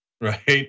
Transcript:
right